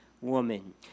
woman